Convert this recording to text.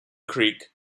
creek